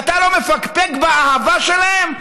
ואתה לא מפקפק באהבה שלהם?